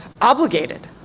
obligated